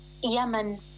Yemen